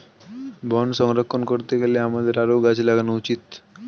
বন সংরক্ষণ করতে গেলে আমাদের আরও গাছ লাগানো উচিত